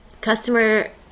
customer